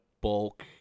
bulk